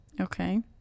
okay